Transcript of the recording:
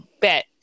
Bet